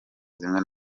zimwe